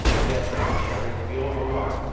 yes, added jerry, we owe him a lot,